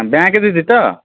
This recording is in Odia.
ବ୍ୟାଙ୍କ ଦିଦି ତ